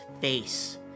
face